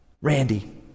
Randy